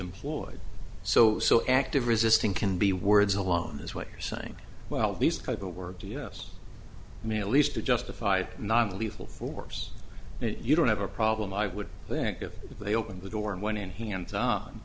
employed so so active resisting can be words alone is what you're saying well these code will work to us i mean at least a justified non lethal force if you don't have a problem i would think if they opened the door and went in hands on